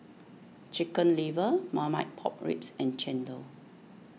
Chicken Liver Marmite Pork Ribs and Chendol